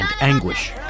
anguish